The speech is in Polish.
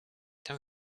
tam